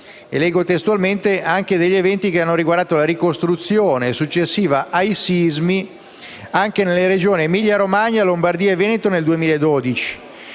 dovrà occupare anche degli eventi che hanno riguardato la ricostruzione successiva ai sismi «nelle Regioni Emilia-Romagna, Lombardia e Veneto del 2012,